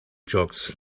jocks